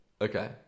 Okay